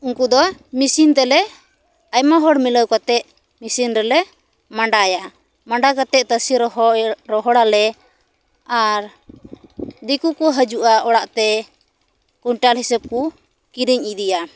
ᱩᱱᱠᱩ ᱫᱚ ᱢᱤᱥᱤᱱ ᱛᱮᱞᱮ ᱟᱭᱢᱟ ᱦᱚᱲ ᱢᱤᱞᱟᱹᱣ ᱠᱟᱛᱮᱫ ᱢᱤᱥᱤᱱ ᱨᱮᱞᱮ ᱢᱟᱰᱟᱭᱟ ᱢᱟᱰᱟ ᱠᱟᱛᱮᱫ ᱛᱟᱥᱮ ᱨᱚᱦᱚᱭ ᱨᱚᱦᱚᱲ ᱟᱞᱮ ᱟᱨ ᱫᱤᱠᱩ ᱠᱚ ᱦᱤᱡᱩᱜᱼᱟ ᱚᱲᱟᱜ ᱛᱮ ᱠᱩᱭᱤᱱᱴᱟᱞ ᱦᱤᱥᱟᱹᱵ ᱠᱚ ᱠᱤᱨᱤᱧ ᱤᱫᱤᱭᱟ